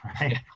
right